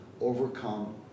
overcome